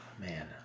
man